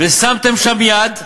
ושמתם שם יד,